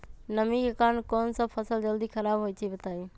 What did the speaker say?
नमी के कारन कौन स फसल जल्दी खराब होई छई बताई?